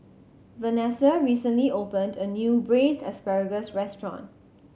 Venessa recently opened a new Braised Asparagus restaurant